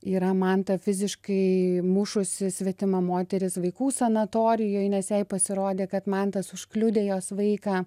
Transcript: yra mantą fiziškai mušusi svetima moteris vaikų sanatorijoj nes jai pasirodė kad mantas užkliudė jos vaiką